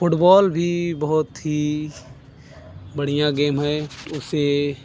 football भी बहुत ही बढ़िया गेम है उसे